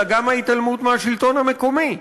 אלא גם של ההתעלמות מהשלטון המקומי.